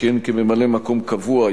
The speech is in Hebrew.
שכיהן כממלא-מקום קבוע,